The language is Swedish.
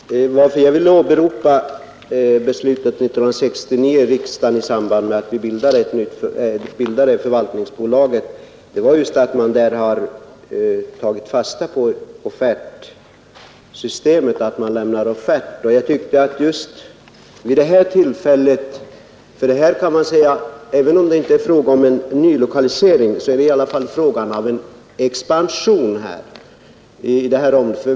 Herr talman! Att jag ville åberopa beslutet 1969 i riksdagen i samband med att vi bildade förvaltningsbolaget berodde just på att man där har tagit fasta på offertsystemet. Även om det inte nu är fråga om en nylokalisering rör det sig i alla fall om en expansion.